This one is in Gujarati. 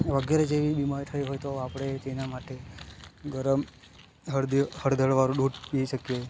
વગેરે જેવી બીમારી થઈ હોય તો આપણે તેના માટે ગરમ હળદર વાળું દૂધ પી શકીએ